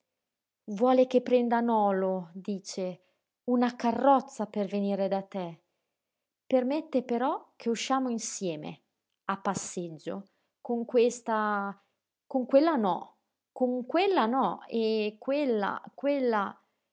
vuole che prenda a nolo dice una carrozzella per venire da te permette però che usciamo insieme a passeggio con questa con quella no con quella no eh quella quella